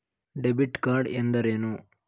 Debit card ಎಂದರೇನು?